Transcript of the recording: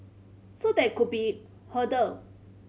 so that could be hurdle